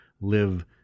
live